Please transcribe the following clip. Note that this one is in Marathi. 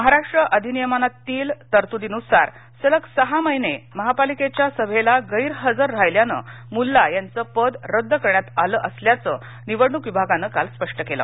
महाराष्ट्र अधिनियमातील तरतुदीनुसार सलग सहा महिने महापालिकेच्या सभेला गष्क्जिर राहिल्यानं मुल्ला यांचं पद रद्द करण्यात आलं असल्याचं निवडणूक विभागानं काल स्पष्ट केलं